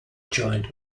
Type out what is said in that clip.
joint